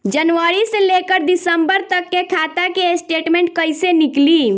जनवरी से लेकर दिसंबर तक के खाता के स्टेटमेंट कइसे निकलि?